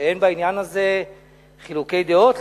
שאין בעניין הזה חילוקי דעות.